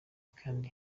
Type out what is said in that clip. kandi